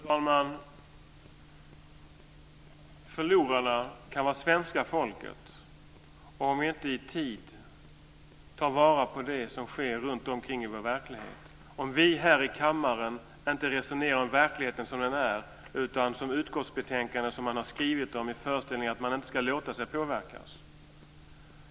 Fru talman! Förlorarna kan vara svenska folket om vi inte i tid tar vara på det som sker runt omkring i vår verklighet, om vi här i kammaren inte resonerar om verkligheten som den är, utan som den utformas i utskottsbetänkandet som man har skrivit i föreställningen att man inte ska låta sig påverkas.